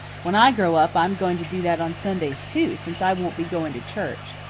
when i grow up, i'm going to do that on sundays too, since i won't be going to church.